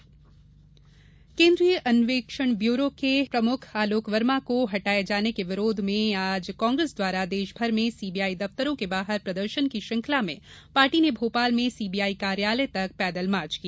कांग्रेस प्रदर्शन केंद्रीय अन्वेषण ब्यूरो के प्रमुख आलोक वर्मा को हटाए जाने के विरोध में आज कांग्रेस द्वारा देश भर में सीबीआई दफ्तरों के बाहर प्रदर्शन की श्रृंखला में पार्टी ने भोपाल में सीबीआई कार्यालय तक पैदल मार्च किया